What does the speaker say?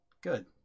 Good